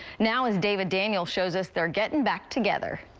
now as david daniel shows us they're getting back together.